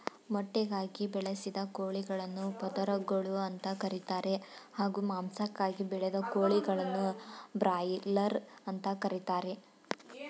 ಮೊಟ್ಟೆಗಾಗಿ ಬೆಳೆಸಿದ ಕೋಳಿಗಳನ್ನು ಪದರಗಳು ಅಂತ ಕರೀತಾರೆ ಹಾಗೂ ಮಾಂಸಕ್ಕಾಗಿ ಬೆಳೆದ ಕೋಳಿಗಳನ್ನು ಬ್ರಾಯ್ಲರ್ ಅಂತ ಕರೀತಾರೆ